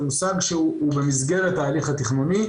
זה מושג שהוא במסגרת ההליך התכנוני,